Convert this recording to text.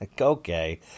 Okay